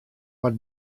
moat